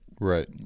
Right